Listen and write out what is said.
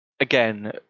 again